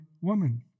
woman